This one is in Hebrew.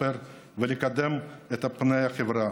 שמספרה פ/5433/20,